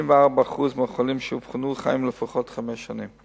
64% מהחולים שאובחנו חיים לפחות חמש שנים.